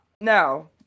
No